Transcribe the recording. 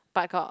but got